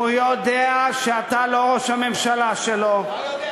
הוא יודע שאתה לא ראש הממשלה שלו, מה הוא יודע?